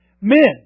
Men